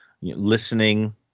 listening